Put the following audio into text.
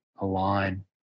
align